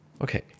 Okay